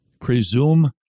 Presume